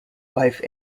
wife